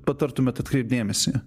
patartumėt atkreipt dėmesį